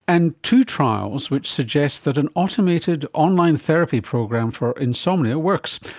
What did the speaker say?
and two trials which suggests that an automated online therapy program for insomnia works,